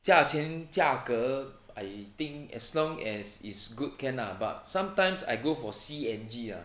价钱价格 I think as long as it's good can lah but sometimes I go for C N G lah